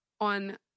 on